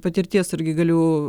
patirties irgi galiu